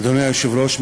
אדוני היושב-ראש,